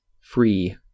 free